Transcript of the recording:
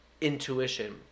intuition